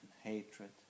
hatred